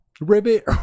Ribbit